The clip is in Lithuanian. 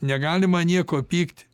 negalima nieko pykti